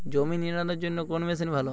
জমি নিড়ানোর জন্য কোন মেশিন ভালো?